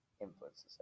influences